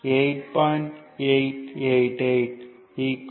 888 38